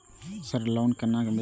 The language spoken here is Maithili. सर लोन केना मिलते?